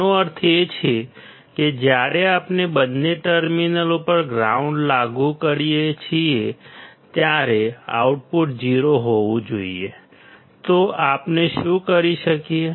આનો અર્થ એ છે કે જ્યારે આપણે બંને ટર્મિનલ ઉપર ગ્રાઉન્ડ લાગુ કરીએ છીએ ત્યારે આઉટપુટ 0 હોવું જોઈએ તો આપણે શું કરી શકીએ